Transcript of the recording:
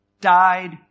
died